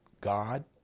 God